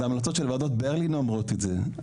זה המלצות של וועדות ברלין אומרות את זה.